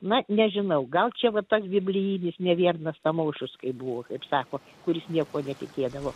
na nežinau gal čia va tas biblijinis neviernas tamošius kai buvo kaip sako kuris niekuo netikėdavo